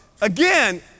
again